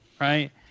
right